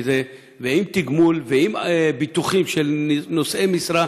ועם תגמול ועם ביטוחים של נושאי משרה,